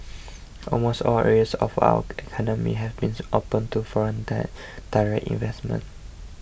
almost all areas of our economy have been opened to foreign direct investment